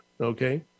Okay